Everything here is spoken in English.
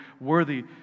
worthy